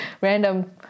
random